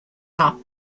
are